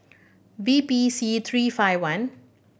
V P C three five one